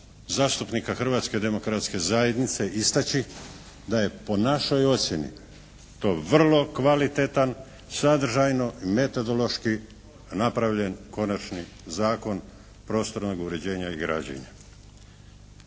zastupnika Hrvatske demokratske zajednice istaći da je po našoj ocjeni to vrlo kvalitetan, sadržajno, metodološki napravljen konačni Zakon prostornog uređenja i građenja.